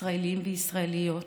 ישראלים וישראליות